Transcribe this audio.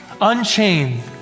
unchained